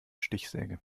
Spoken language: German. stichsäge